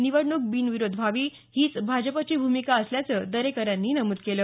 निवडणूक बिनविरोध व्हावी हीच भाजपची भूमिका असल्याचं दरेकर यांनी नमूद केल